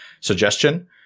suggestion